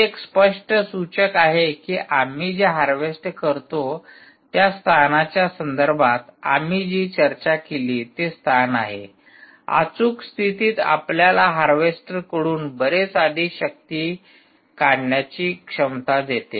हे एक स्पष्ट सूचक आहे की आम्ही जे हार्वेस्ट करतो त्या स्थानाच्या संदर्भात आम्ही जे चर्चा केली ते स्थान आहे अचूक स्थितीत आपल्याला हार्वेस्टर कडून बरेच अधिक शक्ती काढण्याची क्षमता देते